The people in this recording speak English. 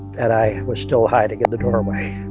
and i was still hiding in the doorway